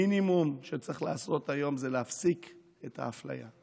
המינימום שצריך לעשות היום זה להפסיק את האפליה.